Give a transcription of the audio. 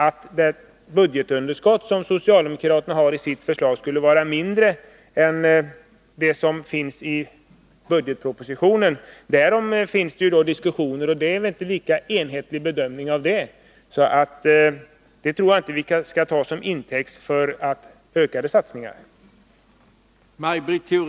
Att det budgetunderskott som socialdemokraternas förslag uppvisar skulle vara mindre än det som redovisats i regeringens budgetproposition, därom råder delade meningar. Det finns inte någon enhetlig bedömning därvidlag. Jag tror inte att vi skall ta det som intäkt för ökade ekonomiska satsningar.